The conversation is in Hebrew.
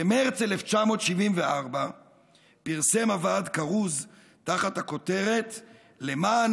במרץ 1974 פרסם הוועד כרוז תחת הכותרת "למען